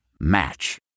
Match